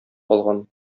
алган